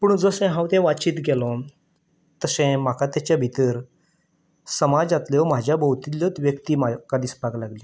पूण जशें हांव तें वाचीत गेलो तशें म्हाका तेचे भितर समाजांतल्यो म्हाज्या भोंवतींतल्योच व्यक्ती म्हाका दिसपाक लागल्यो